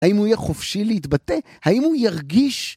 ‫האם הוא יהיה חופשי להתבטא? ‫האם הוא ירגיש?